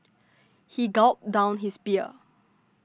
he gulped down his beer